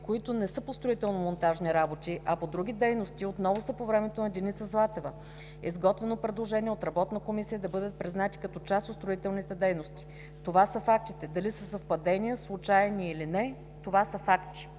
които не са по строително-монтажни работи, а по други дейности, отново са по времето на Деница Златева – изготвено е предложение от работна комисия да бъдат признати като част от строителните дейности. Това са фактите. Дали са съвпадения, случайни или не, това са факти.